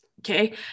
Okay